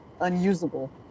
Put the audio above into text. unusable